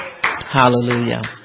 hallelujah